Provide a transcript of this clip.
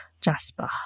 Jasper